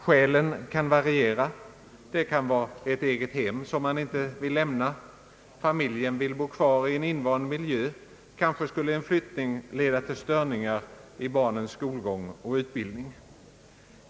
Skälen kan variera — det kan vara ett eget hem som man inte vill lämna, familjen vill bo kvar i en invand miljö, kanske skulle en flyttning leda till störningar i barnens skolgång och utbildning.